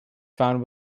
found